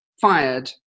fired